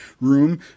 room